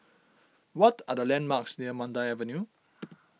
what are the landmarks near Mandai Avenue